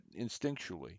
instinctually